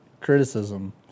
criticism